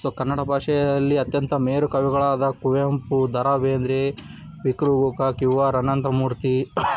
so Kannada ಭಾಷೆಯಲ್ಲಿ ಅತ್ಯಂತ ಮೇರು ಕವಿಗಳಾದ ಕುವೆಂಪು ದ ರಾ ಬೇಂದ್ರೆ ವಿ ಕೃ ಗೋಕಾಕ್ ಯು ಆರ್ ಅನಂತಮೂರ್ತಿ